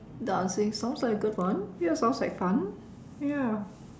dancing sounds like a good one ya sounds like fun ya